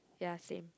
ya same